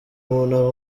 umuntu